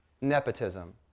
nepotism